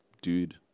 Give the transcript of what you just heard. dude